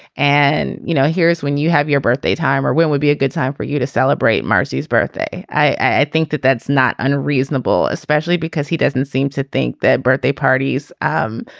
and you know here is when you have your birthday time or when would be a good time for you to celebrate marcy's birthday. i think that that's not unreasonable especially because he doesn't seem to think that birthday parties um